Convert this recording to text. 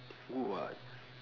good [what]